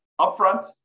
upfront